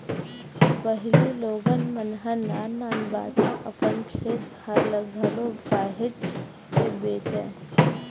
पहिली लोगन मन ह नान नान बात म अपन खेत खार ल घलो काहेच के बेंचय